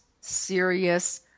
serious